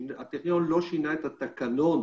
הטכניון לא שינה את התקנון